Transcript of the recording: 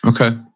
Okay